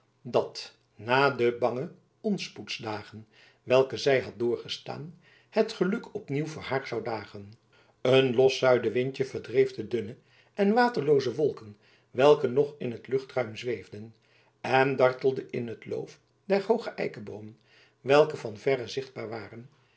dat na de bange onspoedsdagen welke zij had doorgestaan het geluk opnieuw voor haar zou dagen een los zuidenwindje verdreef de dunne en waterlooze wolken welke nog in het luchtruim zweefden en dartelde in het loof der hooge eikeboomen welke van verre zichtbaar waren